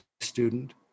student